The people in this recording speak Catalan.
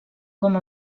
com